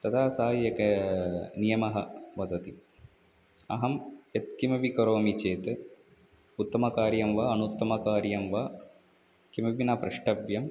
तदा सा एकः नियमः वदति अहं यत्किमपि करोमि चेत् उत्तमं कार्यं वा अनुत्तमं कार्यं वा किमपि न प्रष्टव्यम्